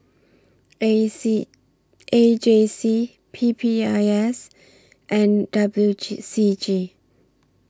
A C A J C P P I S and W G C G